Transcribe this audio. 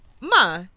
ma